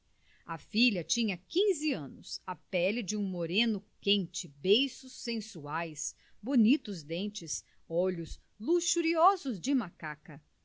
a filha tinha quinze anos a pele de um moreno quente beiços sensuais bonitos dentes olhos luxuriosos de macaca